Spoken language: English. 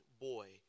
boy